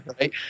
right